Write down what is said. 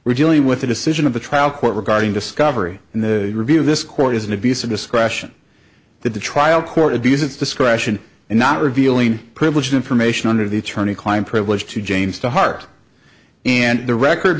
dealing with the decision of the trial court regarding discovery and the review of this court is an abuse of discretion that the trial court abuse its discretion and not revealing privileged information under the attorney client privilege to james to heart and the record